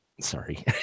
Sorry